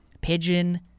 Pigeon